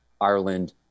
Ireland